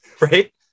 Right